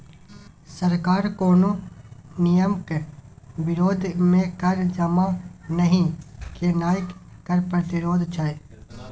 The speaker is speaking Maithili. सरकार कोनो नियमक विरोध मे कर जमा नहि केनाय कर प्रतिरोध छै